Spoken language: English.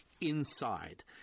inside